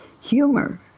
Humor